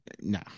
no